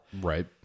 Right